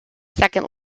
second